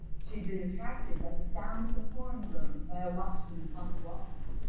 she had been attracted by the sound of the horn blown by a watchman upon the walls.